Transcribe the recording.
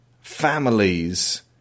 families